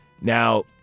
now